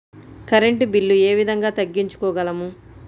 Current bill ఏ విధంగా తగ్గించుకోగలము?